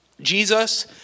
Jesus